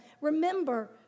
remember